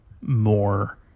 More